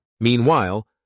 Meanwhile